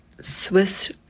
swiss